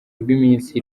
rw’iminsi